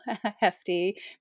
hefty